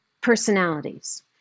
personalities